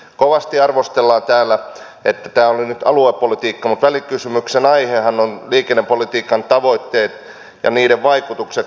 kovasti arvostellaan täällä että tämä oli nyt aluepolitiikkaa mutta välikysymyksen aihehan on liikennepolitiikan tavoitteet ja niiden vaikutukset kansalaisiin